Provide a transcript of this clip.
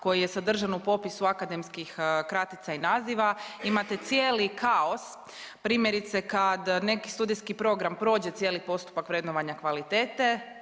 koji je sadržan u popisu akademskih kratica i naziva. Imate cijeli kaos primjerice kad neki studijski program prođe cijeli postupak vrednovanja kvalitete